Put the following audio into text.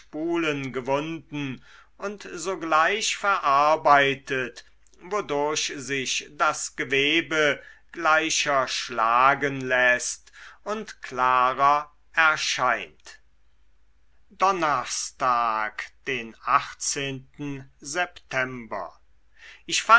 gewunden und sogleich verarbeitet wodurch sich das gewebe gleicher schlagen läßt und klarer erscheint donnerstag den september